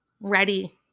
ready